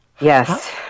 Yes